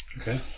Okay